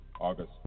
August